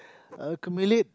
accumulate